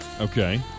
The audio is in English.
Okay